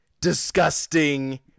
disgusting